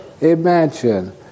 Imagine